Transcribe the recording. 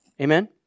amen